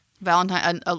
Valentine